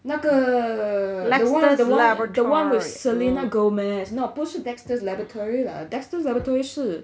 那个 the one the one the one with selena gomez no 不是 dexter's laboratory lah dexter's laboratory 是